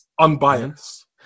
Unbiased